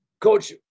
Coach